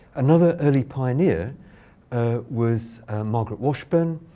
another early pioneer was margaret washburn.